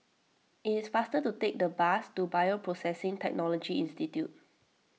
it is faster to take the bus to Bioprocessing Technology Institute